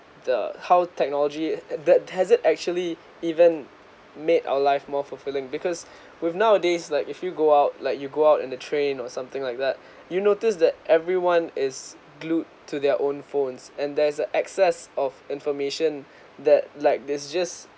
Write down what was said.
the how technology that hasn't actually even made our life more fulfilling because with nowadays like if you go out like you go out in the train or something like that you notice that everyone is glued to their own phones and there's a access of information that like they just